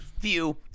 view